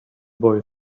boy